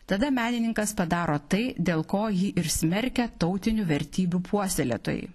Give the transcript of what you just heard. tada menininkas padaro tai dėl ko jį ir smerkia tautinių vertybių puoselėtojai